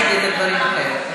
תציגי את הדברים אחרת.